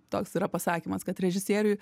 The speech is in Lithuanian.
toks yra pasakymas kad režisieriui